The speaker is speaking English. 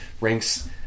ranks